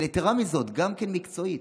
אבל יתרה מזאת, גם כן מקצועית,